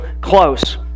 close